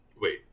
wait